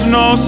no